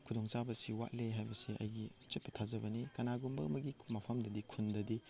ꯈꯨꯗꯣꯡꯆꯥꯕꯁꯤ ꯋꯥꯠꯂꯦ ꯍꯥꯏꯕꯁꯤ ꯑꯩꯒꯤ ꯑꯆꯦꯠꯄ ꯊꯥꯖꯕꯅꯤ ꯀꯅꯥꯒꯨꯝꯕ ꯑꯃꯒꯤ ꯃꯐꯝꯗꯗꯤ ꯈꯨꯟꯗꯗꯤ